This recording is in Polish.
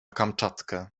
kamczatkę